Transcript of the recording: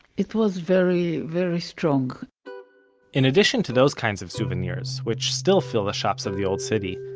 it was very very strong in addition to those kinds of souvenirs, which still fill the shops of the old city,